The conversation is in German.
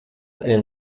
einen